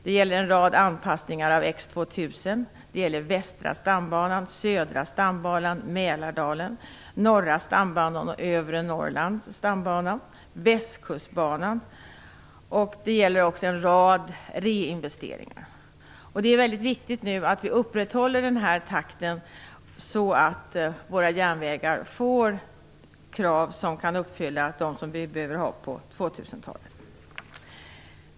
Det gäller en rad anpassningar av X2000, Västra stambanan, Södra stambanan, Mälardalsbanan, Norra stambanan, Övre Norrlands stambana, Västkustbanan. Det gäller också en rad reinvesteringar. Det är nu väldigt viktigt att vi upprätthåller takten så att våra järnvägar får den standard att de kan uppfylla de krav som vi ställer på 2000-talet.